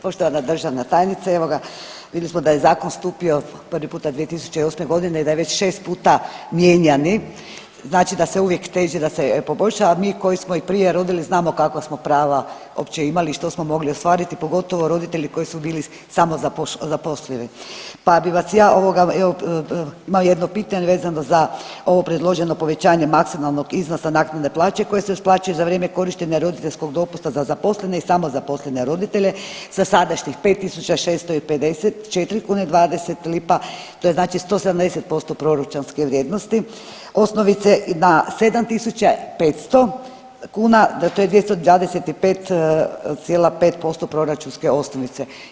Poštovana državna tajnice, evo ga, vidjeli smo da je zakon stupio prvi puta 2008.g. i da je već 6 puta mijenjani, znači da se uvijek teži da se poboljša, a mi koji smo i prije rodili znamo kakva smo prava uopće imali i što smo mogli ostvariti, pogotovo roditelji koji su bili samozapošljivi, pa bi vas ja ovoga evo imam jedno pitanje vezano za ovo predloženo povećanje maksimalnog iznosa naknade plaće koje se isplaćuje za vrijeme korištenja roditeljskog dopusta za zaposlene i samozaposlene roditelje sa sadašnjih 5.654 kune 20 lipa to je znači 170% proračunske vrijednosti osnovice na 7.500 kuna to je 225,5% proračunske osnovice.